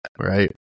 right